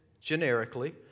generically